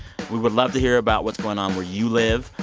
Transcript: we would love to hear about what's going on where you live.